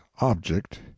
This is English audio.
object